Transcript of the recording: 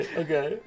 okay